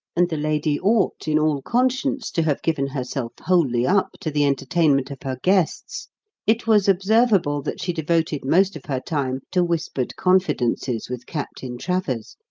and the lady ought, in all conscience, to have given herself wholly up to the entertainment of her guests it was observable that she devoted most of her time to whispered confidences with captain travers,